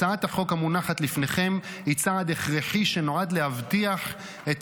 הצעת החוק המונחת לפניכם היא צעד הכרחי שנועד להבטיח את